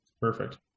Perfect